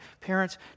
Parents